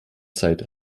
zeit